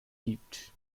gibt